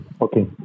Okay